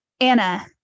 Anna